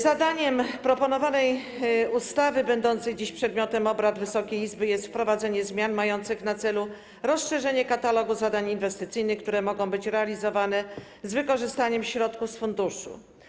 Zadaniem proponowanej ustawy, będącej dziś przedmiotem obrad Wysokiej Izby, jest wprowadzenie zmian mających na celu rozszerzenie katalogu zadań inwestycyjnych, które mogą być realizowane z wykorzystaniem środków tego funduszu.